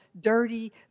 dirty